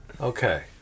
okay